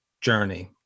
journey